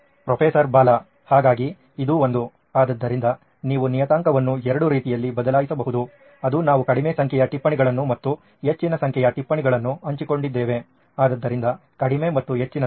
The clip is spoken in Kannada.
ಪ್ರೊಫೆಸರ್ ಬಾಲಾ ಹಾಗಾಗಿ ಇದು ಒಂದು ಆದ್ದರಿಂದ ನೀವು ನಿಯತಾಂಕವನ್ನು ಎರಡು ರೀತಿಯಲ್ಲಿ ಬದಲಾಯಿಸಬಹುದು ಅದು ನಾವು ಕಡಿಮೆ ಸಂಖ್ಯೆಯ ಟಿಪ್ಪಣಿಗಳನ್ನು ಮತ್ತು ಹೆಚ್ಚಿನ ಸಂಖ್ಯೆಯ ಟಿಪ್ಪಣಿಗಳನ್ನು ಹಂಚಿಕೊಂಡಿದ್ದೇವೆ ಆದ್ದರಿಂದ ಕಡಿಮೆ ಮತ್ತು ಹೆಚ್ಚಿನದು